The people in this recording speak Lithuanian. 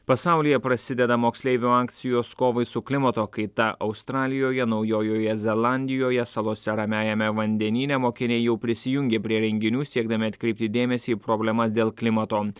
pasaulyje prasideda moksleivių akcijos kovai su klimato kaita australijoje naujojoje zelandijoje salose ramiajame vandenyne mokiniai jau prisijungė prie renginių siekdami atkreipti dėmesį į problemas dėl klimato